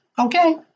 Okay